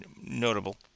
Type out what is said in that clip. notable